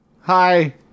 Hi